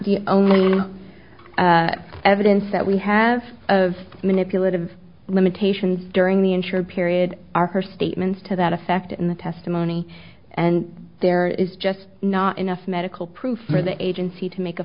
the only evidence that we have of manipulative limitations during the insured period are her statements to that effect in the testimony and there is just not enough medical proof for the agency to make a